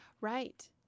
Right